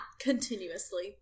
continuously